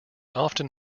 often